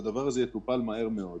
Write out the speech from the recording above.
הדבר הזה יטופל מהר מאוד.